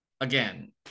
Again